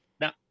Now